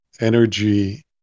energy